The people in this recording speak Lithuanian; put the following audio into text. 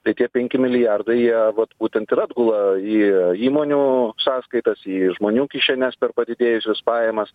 tai tie penki milijardai jie vat būtent ir atgula į įmonių sąskaitas į žmonių kišenes per padidėjusius pajamas